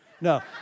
No